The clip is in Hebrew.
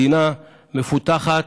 מדינה מפותחת